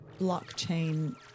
blockchain